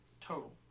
Total